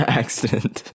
accident